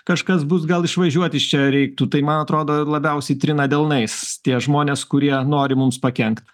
kažkas bus gal išvažiuot iš čia reiktų tai man atrodo labiausiai trina delnais tie žmonės kurie nori mums pakenkt